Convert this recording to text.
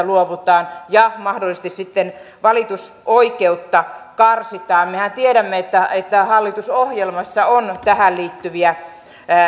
luovutaan ja mahdollisesti sitten valitusoikeutta karsitaan mehän tiedämme että että hallitusohjelmassa on tähän liittyviä